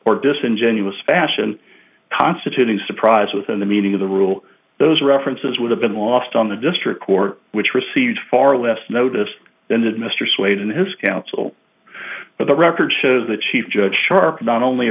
or disingenuous fashion constituting surprise within the meaning of the rule those references would have been lost on the district court which received far less notice than did mr swain and his counsel for the record shows the chief judge sharp not only